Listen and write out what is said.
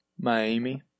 Miami